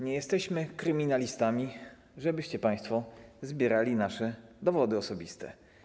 Nie jesteśmy kryminalistami, żebyście państwo zbierali nasze dowody osobiste.